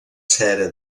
cera